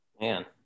Man